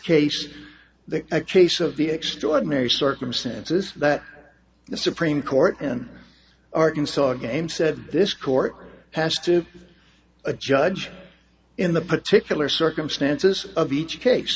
case the case of the extraordinary circumstances that the supreme court in arkansas game said this court has to have a judge in the particular circumstances of each case